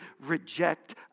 reject